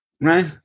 Right